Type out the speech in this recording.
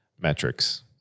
metrics